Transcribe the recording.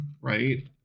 right